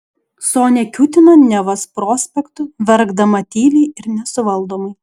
sonia kiūtino nevos prospektu verkdama tyliai ir nesuvaldomai